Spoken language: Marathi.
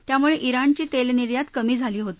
त्यामुळे उाणची तेल निर्यात कमी झाली होती